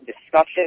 discussion